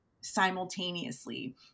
simultaneously